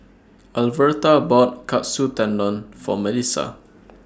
Alverta bought Katsu Tendon For Melissa